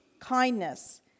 kindness